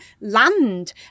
land